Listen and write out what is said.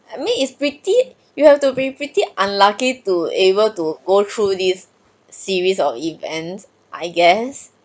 I mean it's pretty you have to be pretty unlucky to able to go through this series of events I guess